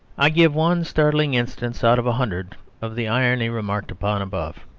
i give one startling instance out of a hundred of the irony remarked upon above.